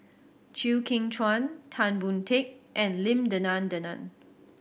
Chew Kheng Chuan Tan Boon Teik and Lim Denan Denon